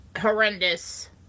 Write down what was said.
horrendous